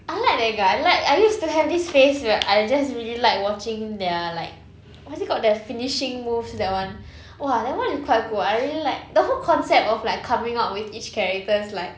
I like that guy I used to have this phase where I just really like watching their like what is it called their finishing moves that [one] !wah! that [one] is quite cool I really like the whole concept of like coming up with each characters like